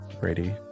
Brady